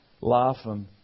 laughing